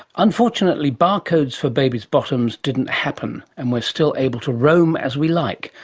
unfortunately bar codes for babies' bottoms didn't happen and we're still able to roam as we like,